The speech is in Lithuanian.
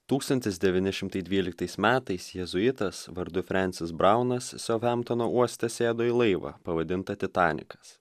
tūkstantis devyni šimtai dvyliktais metais jėzuitas vardu frencis braunas sauhemptono uoste sėdo į laivą pavadintą titanikas